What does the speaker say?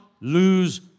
lose